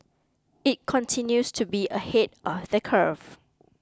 it continues to be ahead of the curve